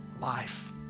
life